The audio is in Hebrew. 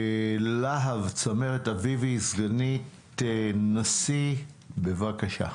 לה"ב צמרת אביבי, סגנית נשיא, בבקשה.